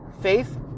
Faith